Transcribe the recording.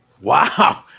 Wow